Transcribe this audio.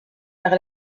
par